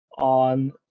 on